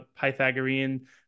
Pythagorean